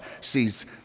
sees